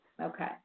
Okay